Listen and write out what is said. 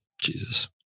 Jesus